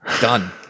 Done